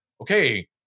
okay